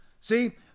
See